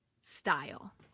style